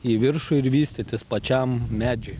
į viršų ir vystytis pačiam medžiui